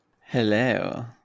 Hello